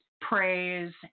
praise